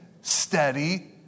steady